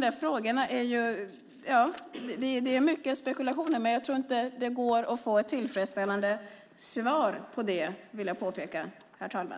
det. Frågorna är mycket av spekulationer, och jag tror inte att det går att få tillfredsställande svar på dem. Det vill jag påpeka, herr talman.